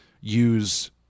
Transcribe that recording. use